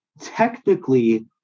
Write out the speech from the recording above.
technically